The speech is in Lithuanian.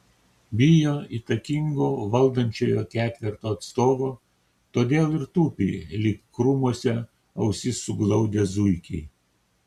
bijo įtakingo valdančiojo ketverto atstovo todėl ir tupi lyg krūmuose ausis suglaudę zuikiai